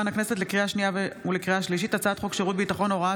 לקריאה שנייה ולקריאה השלישית: הצעת חוק שירות ביטחון (הוראת